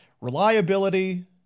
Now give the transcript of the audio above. reliability